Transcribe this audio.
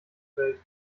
welt